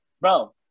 bro